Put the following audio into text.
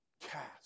cast